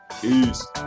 Peace